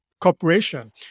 corporation